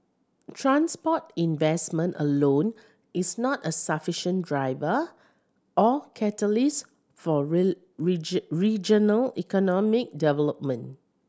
transport investment alone is not a sufficient driver or catalyst for regional economic development